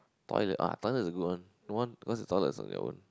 toilet ah toilet is the good one one cause the toilet is for your own